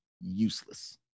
useless